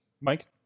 Mike